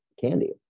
Candy